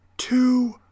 two